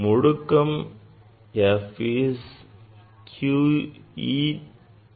முடுக்கம் f is q E by m